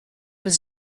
was